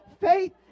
faith